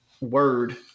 word